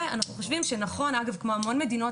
ואנחנו חושבים שנכון אגב כמו הרבה מדינות